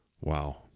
Wow